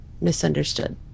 Misunderstood